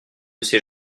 ces